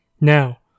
Now